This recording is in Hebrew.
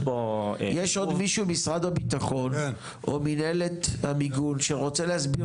יש עוד מישהו ממשרד הביטחון או ממנהלת המיגון שרוצה להסביר